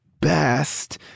best